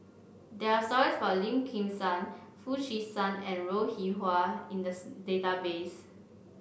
there are stories about Lim Kim San Foo Chee San and Ro Rih Hwa in the database